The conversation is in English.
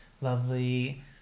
lovely